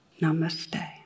Namaste